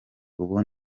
ubu